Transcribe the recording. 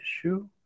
issue